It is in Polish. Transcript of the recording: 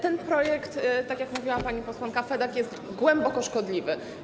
Ten projekt, tak jak mówiła pani posłanka Fedak, jest głęboko szkodliwy.